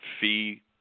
fee